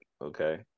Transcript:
okay